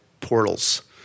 portals